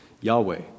Yahweh